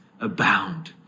abound